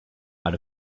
out